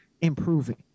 improving